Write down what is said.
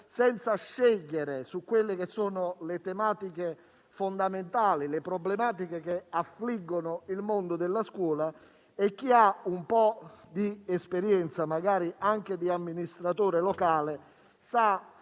senza scegliere sulle tematiche fondamentali e le problematiche che affliggono il mondo della scuola. Chi ha un po' di esperienza, anche da amministratore locale, sa